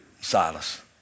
Silas